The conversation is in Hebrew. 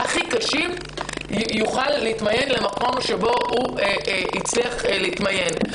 הכי קשים יוכל להתמיין למקום שבו הוא הצליח להתמיין.